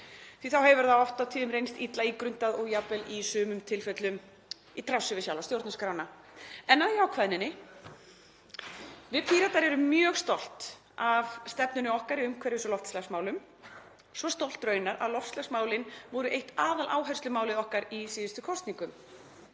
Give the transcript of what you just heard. að þá hefur það oft á tíðum reynst illa ígrundað og jafnvel í sumum tilfellum í trássi við sjálfa stjórnarskrána. En að jákvæðninni. Við Píratar erum mjög stolt af stefnunni okkar í umhverfis- og loftslagsmálum, svo stolt raunar að loftslagsmálin voru eitt aðaláherslumál okkar í síðustu kosningum.